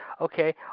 Okay